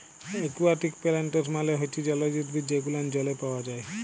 aquatic plants মালে হচ্যে জলজ উদ্ভিদ যে গুলান জলে পাওয়া যায়